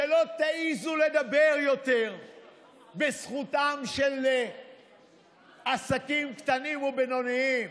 שלא תעזו לדבר יותר בזכותם של עסקים קטנים ובינוניים.